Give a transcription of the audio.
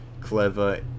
clever